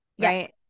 right